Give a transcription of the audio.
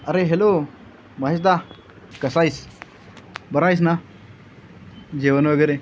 अरे हॅलो महेशदा कसा आहेस बरा आहेस ना जेवण वगैरे